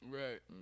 right